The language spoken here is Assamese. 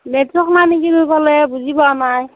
নেটৱৰ্ক নাই নেকি সেইফালে বুজি পোৱা নাই